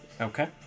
Okay